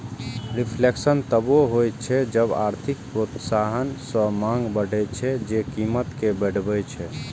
reflation तबो होइ छै जब आर्थिक प्रोत्साहन सं मांग बढ़ै छै, जे कीमत कें बढ़बै छै